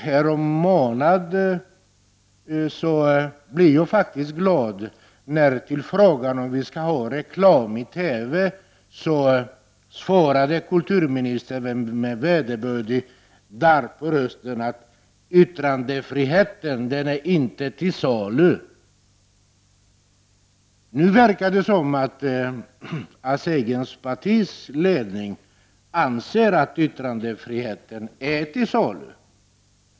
Härommånaden blev jag faktiskt glad när på frågan om vi skall ha reklam i TV kulturministern svarade, med vederbörligt darr på rösten, att yttrandefriheten är inte till salu. Nu verkar det som om hans eget partis ledning anser att yttrandefriheten är till salu.